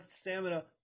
stamina